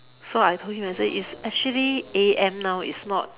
so I told him and say it's actually A_M now it's not